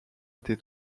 été